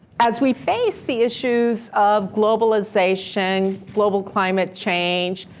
as we face the issues of globalization, global climate change,